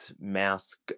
mask